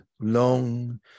long